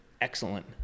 excellent